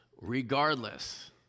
regardless